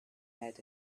lead